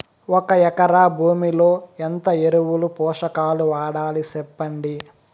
ఒక ఎకరా భూమిలో ఎంత ఎరువులు, పోషకాలు వాడాలి సెప్పండి?